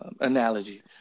analogy